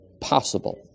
possible